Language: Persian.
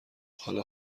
حالا